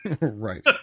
Right